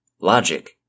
Logic